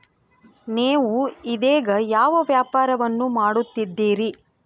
ನೇವು ಇದೇಗ ಯಾವ ವ್ಯಾಪಾರವನ್ನು ಮಾಡುತ್ತಿದ್ದೇರಿ?